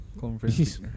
conference